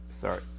sorry